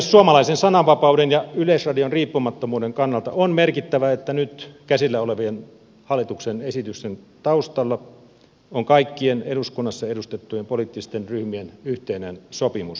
suomalaisen sananvapauden ja yleisradion riippumattomuuden kannalta on merkittävää että nyt käsillä olevien hallituksen esitysten taustalla on kaikkien eduskunnassa edustettujen poliittisten ryhmien yhteinen sopimus